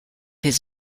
his